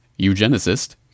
Eugenicist